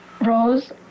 Rose